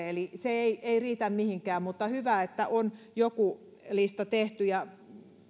eli se ei ei riitä mihinkään mutta hyvä että on joku lista tehty